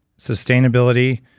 sustainability,